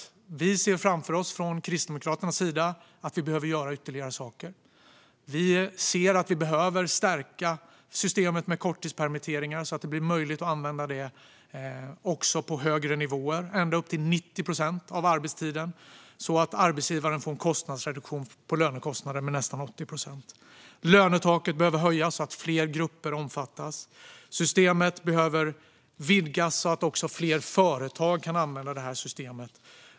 Från Kristdemokraternas sida ser vi framför oss att vi behöver göra ytterligare saker. Vi ser att vi behöver stärka systemet med korttidspermitteringar så att det blir möjligt att använda detta också på högre nivåer - ända upp till 90 procent av arbetstiden - så att arbetsgivaren får en reduktion av lönekostnader på nästan 80 procent. Lönetaket behöver höjas så att fler grupper omfattas. Systemet behöver vidgas så att fler företag kan använda systemet.